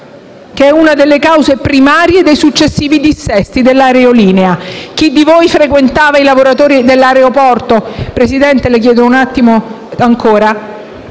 che è una delle cause primarie dei successivi dissesti dell'aerolinea. Chi di voi frequentava i lavoratori dell'aeroporto - Presidente le chiedo un attimo ancora